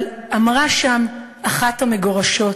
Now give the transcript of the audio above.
אבל אמרה שם אחת המגורשות: